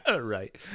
Right